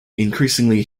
increasingly